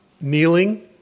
kneeling